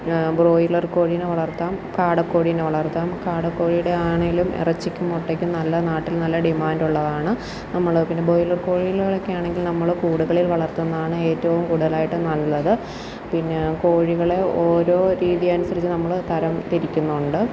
broiler കോഴീനെ വളർത്താം കാടകോഴീനെ വളർത്താം കാടക്കോഴിയുടെ ആണെങ്കിലും ഇറച്ചിക്കും മുട്ടയ്ക്കും നല്ല നാട്ടിൽ നല്ല ഡിമാൻ്റുള്ളതാണ് നമ്മൾ പിന്നെ ബ്രോയിലർ കോഴീനെയൊക്കെ ആണെങ്കിൽ നമ്മൾ കൂടുതൽ വളർത്തുന്നതാണ് ഏറ്റവും കൂടുതലായിട്ടു നല്ലത് പിന്നെ കോഴികൾ ഓരോ രീതി അനുസരിച്ച് നമ്മൾ തരം തിരിക്കുന്നുണ്ട്